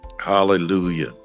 Hallelujah